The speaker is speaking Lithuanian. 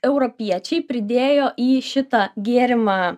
europiečiai pridėjo į šitą gėrimą